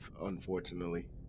Unfortunately